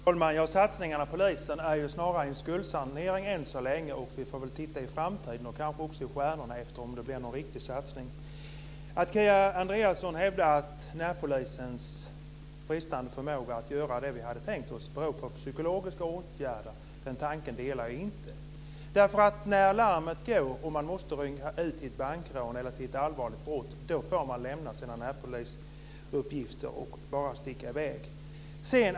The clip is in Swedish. Fru talman! Satsningarna på polisen är än så länge snarare en skuldsanering. Vi får se i framtiden, och kanske också i stjärnorna, om det blir någon riktig satsning. Kia Andreasson hävdar att närpolisens bristande förmåga att göra det vi hade tänkt oss har psykologiska orsaker, men den tanken delar jag inte. När larmet går och man måste rycka ut till en bankrån eller till ett allvarligt brott får man lämna sina närpolisuppgifter och bara sticka i väg.